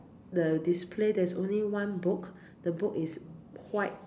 the display there's only one book the book is white